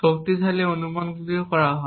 শক্তিশালী অনুমানগুলিও করা হয়